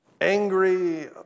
angry